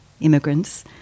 immigrants